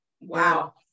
Wow